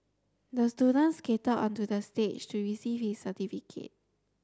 the student skated onto the stage to receive his certificate